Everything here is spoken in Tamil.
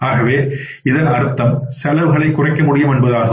ஆகவே இதன் அர்த்தம் செலவுகளைக் குறைக்க முடியும் என்பதாகும்